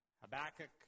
Habakkuk